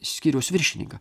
skyriaus viršininką